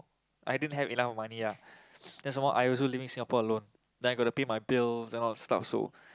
I didn't have enough money ah then some more I also living Singapore alone then I gonna pay my bill then all the stocks also